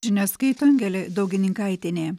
žinias skaito angelė daugininkaitienė